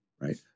right